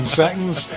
seconds